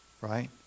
right